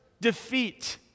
defeat